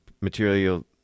material